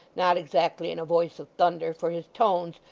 not exactly in a voice of thunder, for his tones,